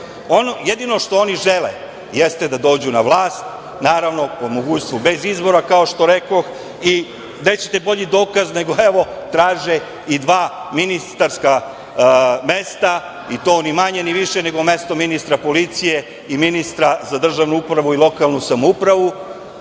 što oni žele, jeste da dođu na vlast, naravno po mogućstvu bez izbora, kao što rekoh. Gde ćete bolji dokaz nego traže i dva ministarska mesta, i to ni manje ni više nego ministra policije i ministra za državnu upravu i lokalnu samoupravu.